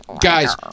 Guys